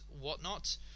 whatnot